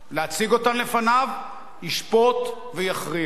להציג אותן לפניו, ישפוט ויכריע.